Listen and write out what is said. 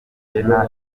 tugena